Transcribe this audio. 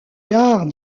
gare